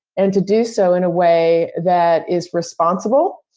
and to do so in a way that is responsible.